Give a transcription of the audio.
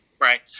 right